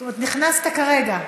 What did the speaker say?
זאת אומרת, נכנסת כרגע.